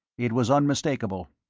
it was unmistakable.